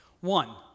One